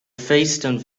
feestten